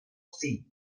see